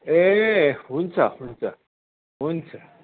ए हुन्छ हुन्छ हुन्छ